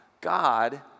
God